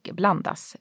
blandas